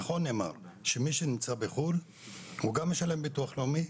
נכון נאמר שמי שנמצא בחו"ל גם משלם ביטוח לאומי,